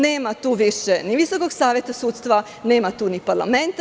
Nema tu više ni Visokog saveta sudstva, nema tu ni parlamenta.